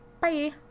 bye